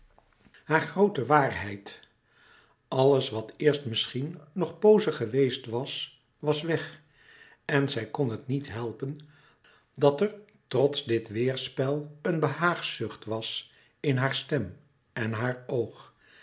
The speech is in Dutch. haar groote waarheid alles wat eerst misschien nog pose geweest was was weg en zij kon het niet helpen dat er trots dit weêrspel een behaagzucht was in haar stem en haar oog